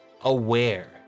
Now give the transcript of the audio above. aware